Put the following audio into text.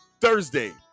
thursday